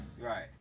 Right